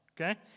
okay